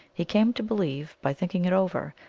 he came to believe, by thinking it over,